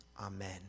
amen